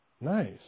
Nice